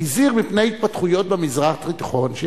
מפני התפתחויות במזרח התיכון.